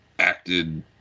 acted